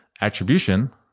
attribution